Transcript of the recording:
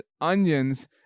onions